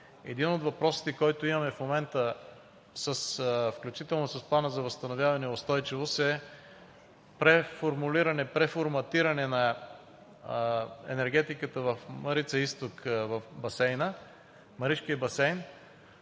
Един от въпросите, който имаме в момента, включително с Плана за възстановяване и устойчивост, е преформулиране, преформатиране на енергетиката в „Марица изток“, в Маришкия басейн